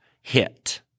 hit